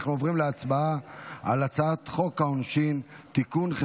אנחנו עוברים להצבעה על הצעת חוק העונשין (תיקון,